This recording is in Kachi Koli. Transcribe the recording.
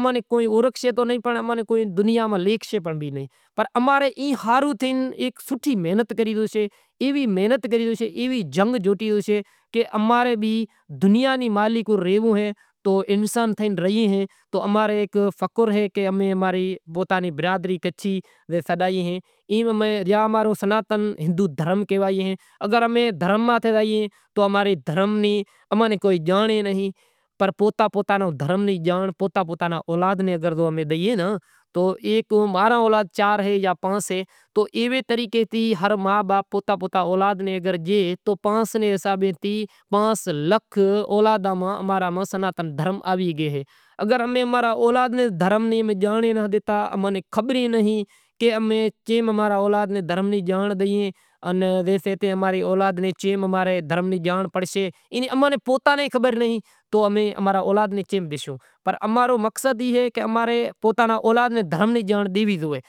موں نے کو شیکھانڑ واڑو ان گھر پریوار میں کو بھنڑل نتھو تو موں کن کو شیکھانڑ واڑو بھی نتھو تو ماستر کیدہو ہوں تنیں بھنڑائیس، تو وسارے ایوو بھنڑایو کہ مناں سرٹیفکیٹ زڑیو۔ موں بھیگا بھی سار پانس سورا بھنڑتا پسے بھگوان زانڑے ای آگر نیکریا جاں نہیں نیکریا پنڑ ای ماستر ہتو مناں جہڑے موں نے سرٹیفکیٹ کاڈھی ڈیدھا۔ موں نے کیدہو ای سرٹیفکیٹ لئی زا ان تان رے با ناں ہاکرے آ۔ ماں رے با ناں زوئے ماستر ڈاڈھو خوش تھیو کہ اے تاں رو سوکرو اہے ای ناں بھنڑانڑو ضرور اے۔ اینی بھنڑاویس تو تاں رو پریوار ترقی کرشے